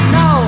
no